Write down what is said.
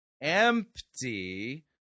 empty